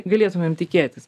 galėtumėm tikėtis